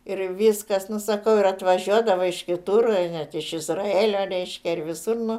ir viskas nu sakau ir atvažiuodavo iš kitur net iš izraelio reiškia ir visur nu